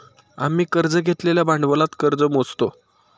आम्ही कर्ज घेतलेल्या भांडवलात कर्ज मोजतो